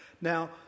Now